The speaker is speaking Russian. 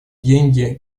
деньги